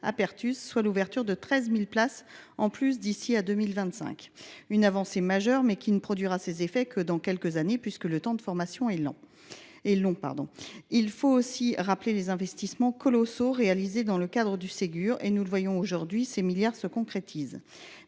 permis l’ouverture de 13 000 places supplémentaires d’ici à 2025. Il s’agit d’une avancée majeure, mais elle ne produira ses effets que dans quelques années puisque le temps de formation est long. Il faut aussi rappeler les investissements colossaux réalisés dans le cadre du Ségur : nous le voyons aujourd’hui, ces milliards se concrétisent